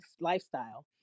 lifestyle